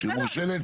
בסדר.